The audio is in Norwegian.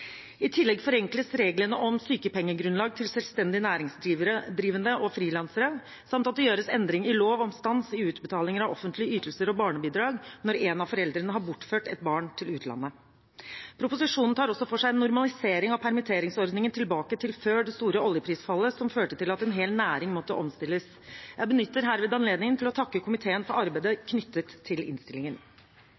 I tillegg forenkles reglene om sykepengegrunnlaget til selvstendig næringsdrivende og frilansere samt at det gjøres endringer i lov om stans i utbetalinger av offentlige ytelser og barnebidrag når en av foreldrene har bortført et barn til utlandet. Proposisjonen tar også for seg en normalisering av permitteringsordningen tilbake til før det store oljeprisfallet som førte til at en hel næring måtte omstilles. Jeg benytter herved anledningen til å takke komiteen for arbeidet